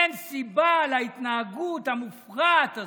אין סיבה להתנהגות המופרעת הזאת.